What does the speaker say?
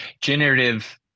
Generative